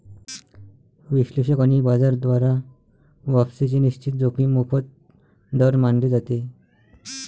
विश्लेषक आणि बाजार द्वारा वापसीची निश्चित जोखीम मोफत दर मानले जाते